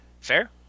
Fair